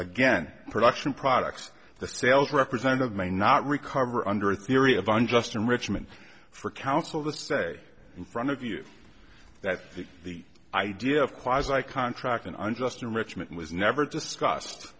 again production products the sales representative may not recover under a theory of unjust enrichment for counsel the say in front of you that the idea of quite as i contract an unjust enrichment was never discussed